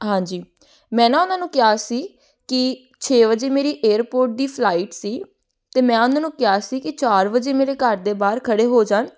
ਹਾਂਜੀ ਮੈਂ ਨਾ ਉਨ੍ਹਾਂ ਨੂੰ ਕਿਹਾ ਸੀ ਕਿ ਛੇ ਵਜੇ ਮੇਰੀ ਏਅਰਪੋਰਟ ਦੀ ਫਲਾਈਟ ਸੀ ਅਤੇ ਮੈਂ ਆ ਉਨ੍ਹਾਂ ਨੂੰ ਕਿਹਾ ਸੀ ਕਿ ਚਾਰ ਵਜੇ ਮੇਰੇ ਘਰ ਦੇ ਬਾਹਰ ਖੜ੍ਹੇ ਹੋ ਜਾਣ